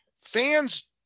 Fans